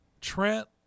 Trent